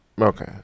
Okay